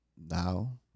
Now